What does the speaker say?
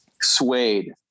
Suede